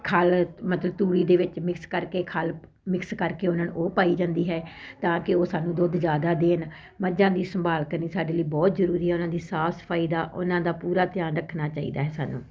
ਖਲ੍ਹ ਮਤਲਬ ਤੂੜੀ ਦੇ ਵਿੱਚ ਮਿਕਸ ਕਰਕੇ ਖਲ੍ਹ ਮਿਕਸ ਕਰਕੇ ਉਹਨਾਂ ਨੂੰ ਉਹ ਪਾਈ ਜਾਂਦੀ ਹੈ ਤਾਂ ਕਿ ਉਹ ਸਾਨੂੰ ਦੁੱਧ ਜ਼ਿਆਦਾ ਦੇਣ ਮੱਝਾਂ ਦੀ ਸੰਭਾਲ ਕਰਨੀ ਸਾਡੇ ਲਈ ਬਹੁਤ ਜ਼ਰੂਰੀ ਉਹਨਾਂ ਦੀ ਸਾਫ਼ ਸਫਾਈ ਦਾ ਉਹਨਾਂ ਦਾ ਪੂਰਾ ਧਿਆਨ ਰੱਖਣਾ ਚਾਹੀਦਾ ਹੈ ਸਾਨੂੰ